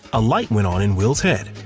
a light went on in will's head.